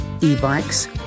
e-bikes